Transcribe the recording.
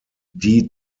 die